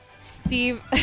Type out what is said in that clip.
Steve